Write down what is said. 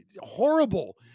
horrible